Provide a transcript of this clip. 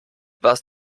was